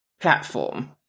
platform